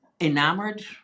enamored